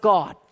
God